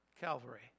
Calvary